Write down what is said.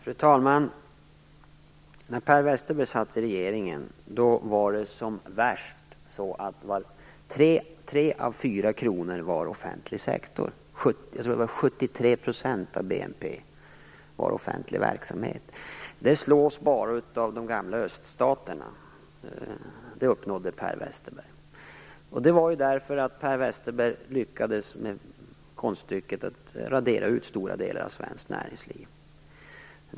Fru talman! När Per Westerberg satt i regeringen, och när det var som värst, hörde tre av fyra kronor till offentlig sektor. 73 % av BNP, tror jag att det var, gällde offentlig verksamhet. Detta slås bara av de gamla öststaterna. Det här uppnådde Per Westerberg. Han lyckades med konststycket att radera ut stora delar av svenskt näringsliv.